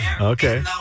Okay